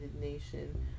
nation